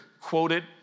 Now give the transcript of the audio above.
quoted